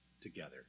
together